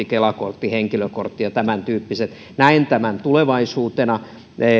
kela kortti henkilökortti ja tämäntyyppiset näen tämän tulevaisuutena